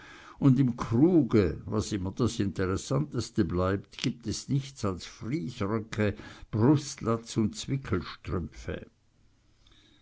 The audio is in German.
und im kruge was immer das interessanteste bleibt gibt es nichts als friesröcke brustlatz und